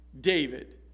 David